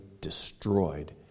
destroyed